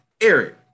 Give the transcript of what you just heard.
Eric